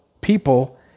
people